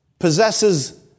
possesses